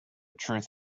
truth